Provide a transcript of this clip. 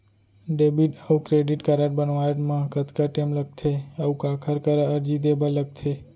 Debit अऊ credit card बनवाए मा कतका टेम लगथे, अऊ काखर करा अर्जी दे बर लगथे?